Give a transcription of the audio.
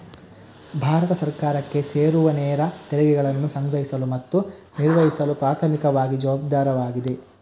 ಭಾರತ ಸರ್ಕಾರಕ್ಕೆ ಸೇರುವನೇರ ತೆರಿಗೆಗಳನ್ನು ಸಂಗ್ರಹಿಸಲು ಮತ್ತು ನಿರ್ವಹಿಸಲು ಪ್ರಾಥಮಿಕವಾಗಿ ಜವಾಬ್ದಾರವಾಗಿದೆ